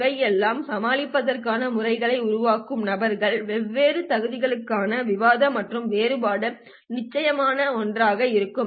இவற்றையெல்லாம் சமாளிப்பதற்காக முறைகள் உருவாக்கிய நபர்கள் வெவ்வேறு தொகுதிகளுக்கான விவாதம் மற்றும் வேறுபாடு நிச்சயமாக ஒன்றாக இருக்கும்